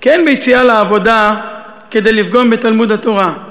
כי אין ביציאה לעבודה כדי לפגום בתלמוד התורה,